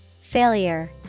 Failure